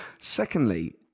Secondly